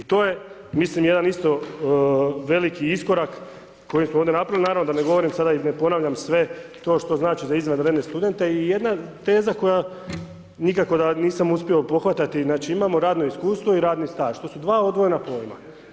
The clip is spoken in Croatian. I to je mislim je sad isto veliki iskorak koji smo onda napravili, naravno da ne govorim sada i ne ponavljam sve to što znači za izvanredne studente i jedna teza koja nikako nisam uspio pohvatati, znači imamo radno iskustvo i radni staž, to su dva odvojena pojma.